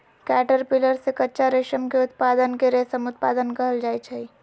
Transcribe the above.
caterpillar से कच्चा रेशम के उत्पादन के रेशम उत्पादन कहल जाई छई